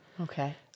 Okay